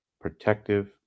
protective